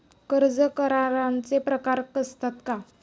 कर्ज कराराचे प्रकार असतात का?